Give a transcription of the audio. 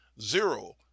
Zero